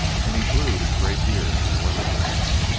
and he glued his great ear to the weatherboards,